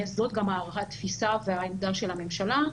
זאת גם התפיסה והעמדה של הממשלה,